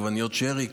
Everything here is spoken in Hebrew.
עגבניות שרי,